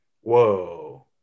whoa